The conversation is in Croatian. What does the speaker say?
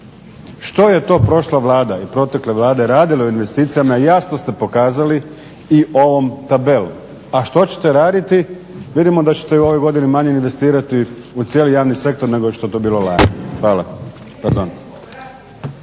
Što je to prošla Vlada i protekle vlade radile u investicijama jasno ste pokazali i ovom tabelom, a što ćete raditi, vidimo da ćete u ovoj godini manje investirati u cijeli javni sektor nego što je to bilo lani. Hvala. …